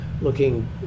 looking